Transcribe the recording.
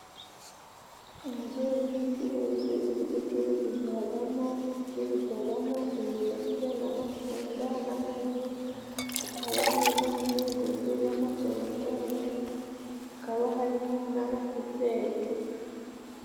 Inzu y'ubucuruzi iri gucururizwamo imineke n'amatunda, n'amagi, hakaba harimo n'imigozi y'amaterefone, hakaba harimo n'amakuteri.